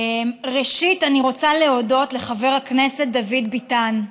ראשית, אני רוצה להודות לחבר הכנסת דוד ביטן,